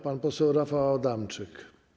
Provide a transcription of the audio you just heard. Pan poseł Rafał Adamczyk.